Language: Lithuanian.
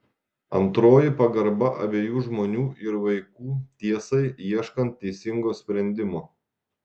antroji pagarba abiejų žmonių ir vaikų tiesai ieškant teisingo sprendimo